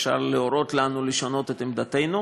אפשר להורות לנו לשנות את עמדתנו.